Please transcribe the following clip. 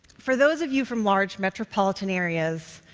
for those of you from large metropolitan areas,